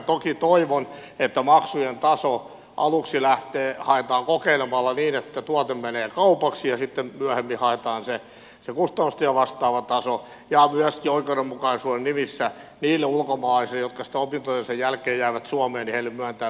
toki toivon että maksujen taso aluksi haetaan kokeilemalla niin että tuote menee kaupaksi ja sitten myöhemmin haetaan se kustannuksia vastaava taso ja myöskin oikeudenmukaisuuden nimissä niille ulkomaalaisille jotka sitten opintojensa jälkeen jäävät suomeen myönnetään verovähennysoikeus jälkikäteen